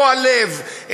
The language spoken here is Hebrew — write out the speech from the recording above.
רוע לב,